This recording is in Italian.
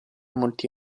molti